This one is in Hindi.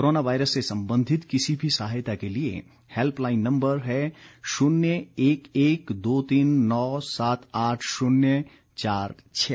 कोरोना वायरस से संबंधित किसी भी सहायता के लिए हेल्प लाइन नम्बर है शून्य एक एक दो तीन नौ सात आठ शून्य चार छः